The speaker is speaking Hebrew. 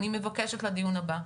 אני מבקשת לדיון הבא,